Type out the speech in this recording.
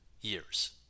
Years